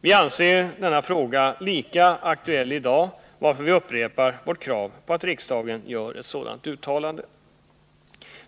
Vi anser denna fråga lika aktuell i dag, varför vi upprepar vårt krav på att riksdagen gör ett sådant uttalande.